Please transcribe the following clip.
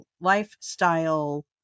lifestyle